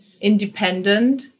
Independent